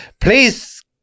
Please